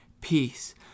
Peace